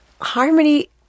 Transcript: Harmony